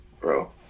bro